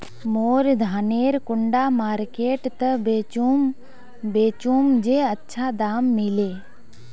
मोर धानेर कुंडा मार्केट त बेचुम बेचुम जे अच्छा दाम मिले?